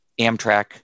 Amtrak